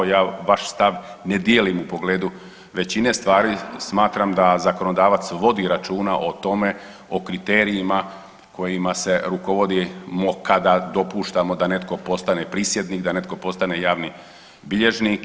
Ja vaš stav ne dijelim u pogledu većine stvari smatram da zakonodavac vodi računa o tome, o kriterijima kojima se rukovodimo kada dopuštamo da netko postane prisjednik, da netko postane javni bilježnik.